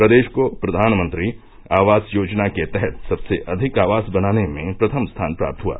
प्रदेश को प्रधानमंत्री आवास योजना के तहत सबसे अधिक आवास बनाने में प्रथम स्थान प्राप्त हुआ